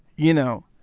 you know,